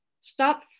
stop